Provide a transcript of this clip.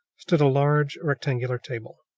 stood a large, rectangular table,